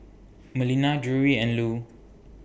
Melina Drury and Lew